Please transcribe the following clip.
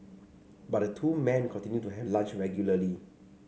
but the two men continued to have lunch regularly